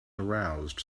aroused